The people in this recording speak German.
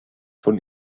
von